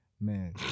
Man